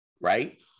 right